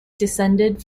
descended